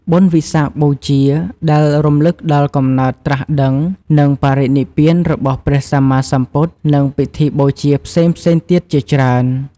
បុណ្យវិសាខបូជា ដែលរំលឹកដល់កំណើត ត្រាស់ដឹង និងបរិនិព្វានរបស់ព្រះសម្មាសម្ពុទ្ធ, និងពិធីបូជាផ្សេងៗទៀតជាច្រើន។